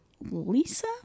Lisa